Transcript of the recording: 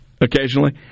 occasionally